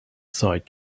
sight